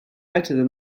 better